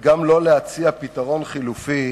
וגם לא להציע פתרון חלופי,